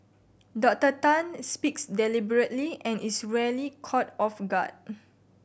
Doctor Tan speaks deliberately and is rarely caught off guard